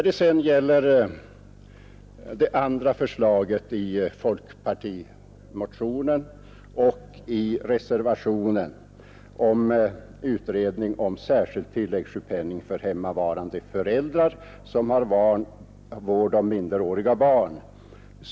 Det andra förslaget i folkpartimotionen och i reservationen gäller en utredning om särskild tilläggssjukpenning för hemmavarande föräldrar som har vård om minderåriga barn.